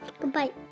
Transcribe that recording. Goodbye